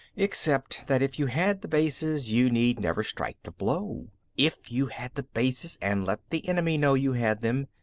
except that if you had the bases, you need never strike the blow. if you had the bases and let the enemy know you had them,